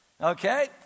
Okay